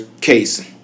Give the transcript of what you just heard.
case